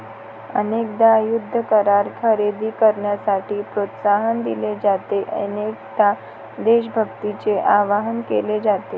अनेकदा युद्ध करार खरेदी करण्यासाठी प्रोत्साहन दिले जाते, अनेकदा देशभक्तीचे आवाहन केले जाते